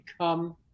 come